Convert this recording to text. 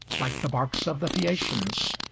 like the barques of the phaeacians.